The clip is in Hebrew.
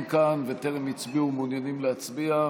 כאן וטרם הצביעו ומעוניינים להצביע?